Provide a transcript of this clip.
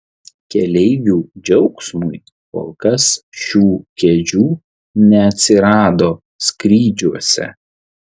keleivių džiaugsmui kol kas šių kėdžių neatsirado skrydžiuose